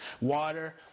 Water